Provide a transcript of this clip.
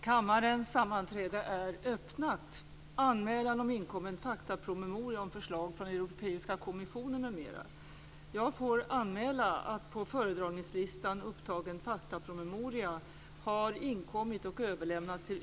Ärade riksdagsledamöter!